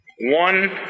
One